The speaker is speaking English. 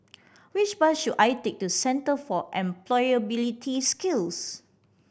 which bus should I take to Centre for Employability Skills